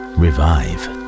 revive